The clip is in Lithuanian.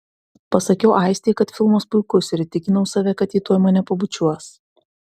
pasakiau aistei kad filmas puikus ir įtikinau save kad ji tuoj mane pabučiuos